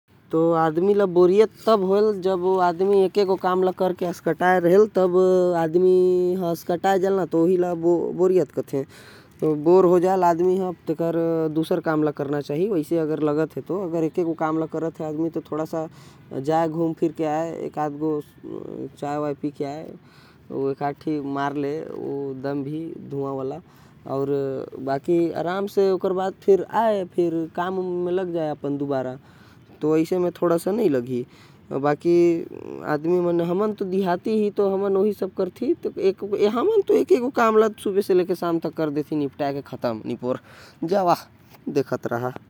तो आदमी बोरियत तब होएल। जब ओ हर एक ही काम ला कर कर असकटा जाएल। तब आदमी बोर हो जाएल ओहि ला बोरियत कथे। अगर काम करत करत आदमी हर असकटाये तो। थोड़ा कन घूम ले चाय साय पी ले नही तो। हल्का मार ले मूड़ हर फ्रेस हो जाहि हमन तो देहाती। ही हमन तो सुबह से लेकर सांझ तक। एकहि काम ला करथी अउ ओला निपटा देथी निपोर।